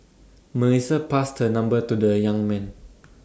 Melissa passed her number to the young man